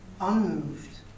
unmoved